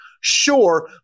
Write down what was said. Sure